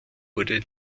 wurde